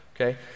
Okay